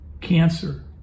cancer